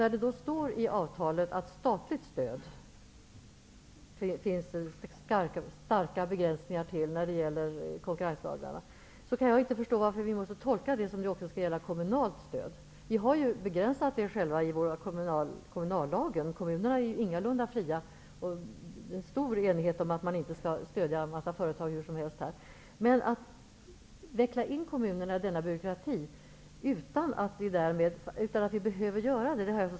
När det då står i avtalet att det finns starka begränsningar när det gäller statligt stöd kan jag inte förstå att vi skall tolka det som om det skulle gälla även kommunalt stöd. Vi har själva begränsat det i kommunallagen. Kommunerna är ju ingalunda fria. Det råder stor enighet om att man inte skall stödja en massa företag hur som helst. Jag har svårt att förstå varför vi skall dra in kommunerna i denna byråkrati när vi inte behöver göra det.